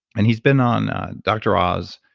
and he's been on dr. oz.